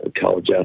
college